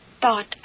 thought